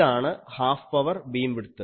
ഇതാണ് half power beam width